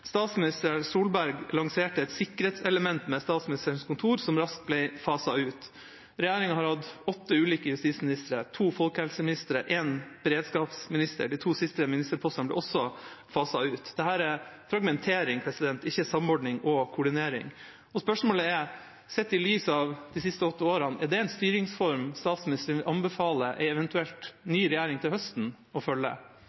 Statsminister Solberg lanserte et sikkerhetselement ved Statsministerens kontor som raskt ble faset ut. Regjeringa har hatt åtte ulike justisministre, to folkehelseministre og en beredskapsminister. De to siste ministerpostene ble også faset ut. Dette er fragmentering, ikke samordning og koordinering. Spørsmålet er: Sett i lys av de siste åtte årene, er det en styringsform statsministeren